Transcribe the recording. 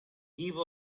give